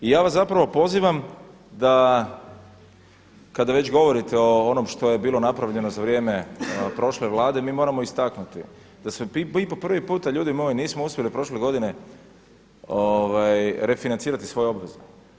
I ja vas zapravo pozivam da kada već govorite o onom što je bilo napravljeno za vrijeme prošle Vlade mi moramo istaknuti da se mi po prvi puta ljudi moji nismo uspjeli prošle godine refinancirati svoje obveze.